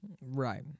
Right